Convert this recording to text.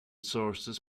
sources